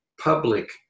public